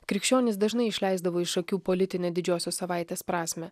krikščionys dažnai išleisdavo iš akių politinę didžiosios savaitės prasmę